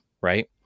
right